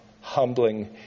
humbling